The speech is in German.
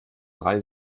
drei